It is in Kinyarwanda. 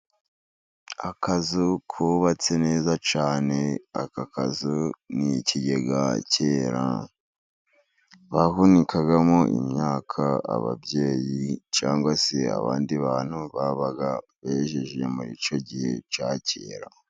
Akazu kubatse neza cyane. Aka kazu ni ikigega kera bahunikagamo imyaka, ababyeyi cyangwa se abandi bantu babaga bejeje muri icyo gihe cya kera.